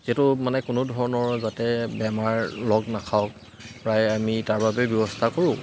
যিহেতু মানে কোনো ধৰণৰ যাতে বেমাৰ লগ নাখাওক প্ৰায় আমি তাৰ বাবেই ব্যৱস্থা কৰোঁ